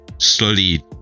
slowly